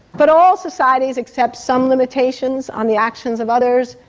but all societies accept some limitations on the actions of others,